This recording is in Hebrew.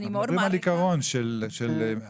אנחנו מדברים על עיקרון של מעסיקים